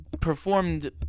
Performed